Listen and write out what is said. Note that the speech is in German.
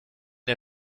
der